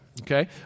Okay